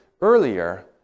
earlier